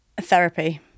therapy